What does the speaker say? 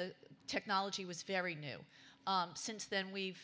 the technology was very new since then we've